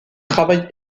travaille